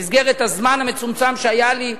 במסגרת הזמן המצומצם שהיה לי,